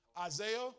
Isaiah